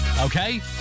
Okay